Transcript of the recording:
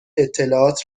اطلاعات